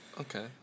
Okay